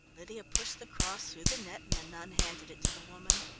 lydia pushed the cross through the net and the nun handed it to the woman.